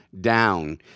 down